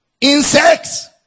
insects